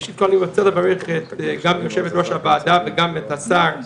ראשית כל אני רוצה לברך גם את יושבת ראש הוועדה וגם את השר,